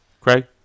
Craig